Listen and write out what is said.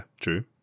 true